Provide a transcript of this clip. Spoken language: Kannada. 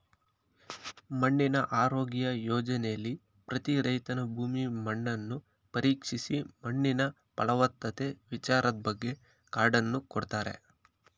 ಮಣ್ಣಿನ ಆರೋಗ್ಯ ಯೋಜನೆಲಿ ಪ್ರತಿ ರೈತನ ಭೂಮಿ ಮಣ್ಣನ್ನು ಪರೀಕ್ಷಿಸಿ ಮಣ್ಣಿನ ಫಲವತ್ತತೆ ವಿಚಾರದ್ಬಗ್ಗೆ ಕಾರ್ಡನ್ನು ಕೊಡ್ತಾರೆ